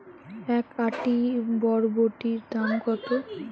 এক আঁটি বরবটির দাম কত?